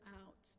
out